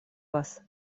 вас